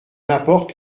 apporte